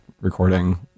recording